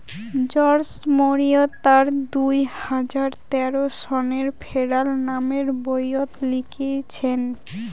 George Monbiot তার দুই হাজার তেরো সনের ফেরাল নামের বইয়ত লিখিচেন